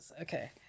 Okay